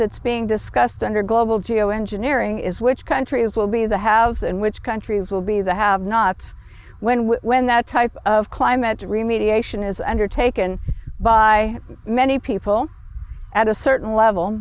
that's being discussed under global geoengineering is which countries will be the haves and which countries will be the have nots when we when that type of climate to remediate action is undertaken by many people at a certain level